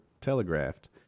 telegraphed